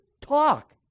talk